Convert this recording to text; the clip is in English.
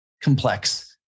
complex